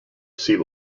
sea